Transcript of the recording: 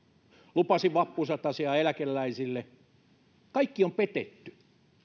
lupasi vappusatasia eläkeläisille kaikki on petetty